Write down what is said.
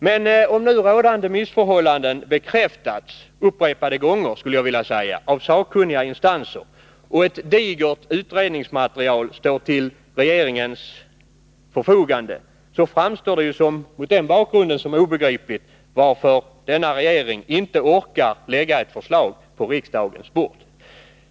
Men om nu rådande missförhållanden bekräftats upprepade gånger av sakkunniga instanser och ett digert utredningsmaterial står till regeringens förfogande, är det mot den bakgrunden obegripligt att denna regering inte orkar lägga ett förslag på riksdagens bord.